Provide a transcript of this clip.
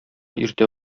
иртә